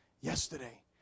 yesterday